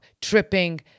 tripping